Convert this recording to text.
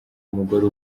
umugore